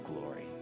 glory